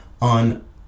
on